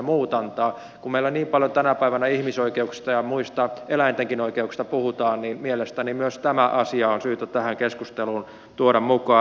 kun meillä niin paljon tänä päivänä ihmisoikeuksista ja muista eläintenkin oikeuksista puhutaan niin mielestäni myös tämä asia on syytä tähän keskusteluun tuoda mukaan